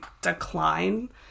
decline